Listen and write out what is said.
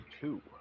Two